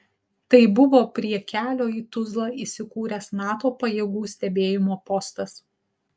tai buvo prie kelio į tuzlą įsikūręs nato pajėgų stebėjimo postas